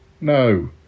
No